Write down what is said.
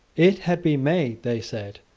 it had been made, they said,